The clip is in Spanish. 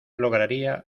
lograría